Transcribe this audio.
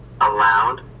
allowed